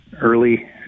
early